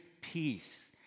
peace